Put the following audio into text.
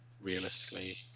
realistically